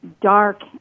dark